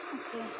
okay